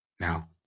Now